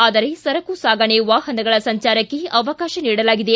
ಆದರೆ ಸರಕು ಸಾಗಣೆ ವಾಹನಗಳ ಸಂಚಾರಕ್ಕೆ ಅವಕಾಶ ನೀಡಲಾಗಿದೆ